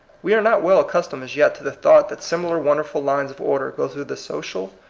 we are not well accustomed as yet to the thought that similar wonderful lines of order go through the social,